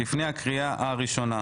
לפני הקריאה הראשונה.